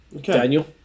Daniel